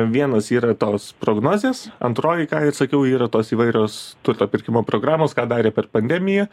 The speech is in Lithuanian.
vienos yra tos prognozės antroji ką ir sakiau yra tos įvairios turto pirkimo programos ką darė per pandemiją